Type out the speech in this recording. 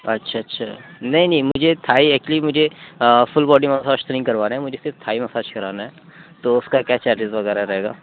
اچھا اچھا نہیں نہیں مجھے تھائی ایکچولی مجھے فل باڈی مساج تو نہیں کروانا ہے مجھے صرف تھائی مساج کرانا ہے تو اُس کا کیا چارجیز وغیرہ رہے گا